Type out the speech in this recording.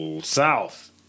South